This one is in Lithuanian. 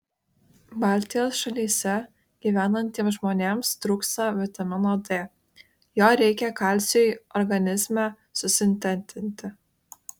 baltijos šalyse gyvenantiems žmonėms trūksta vitamino d jo reikia kalciui organizme susintetinti